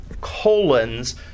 colons